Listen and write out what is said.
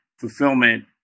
fulfillment